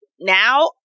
now